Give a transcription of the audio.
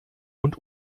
und